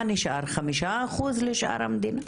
מה נשאר, 5% לשאר המדינה?